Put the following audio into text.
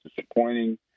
disappointing